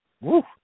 Woo